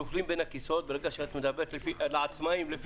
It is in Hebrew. בואו ננצל אותו ביעילות, בבקשה.